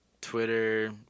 Twitter